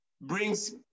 brings